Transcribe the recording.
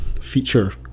feature